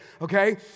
okay